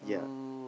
yeah